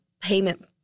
payment